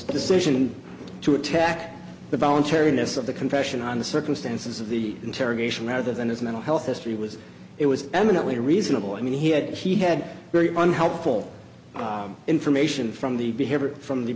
decision to attack the voluntariness of the confession on the circumstances of the interrogation rather than his mental health history was it was eminently reasonable i mean he had he had very unhelpful information from the